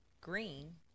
green